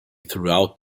throughout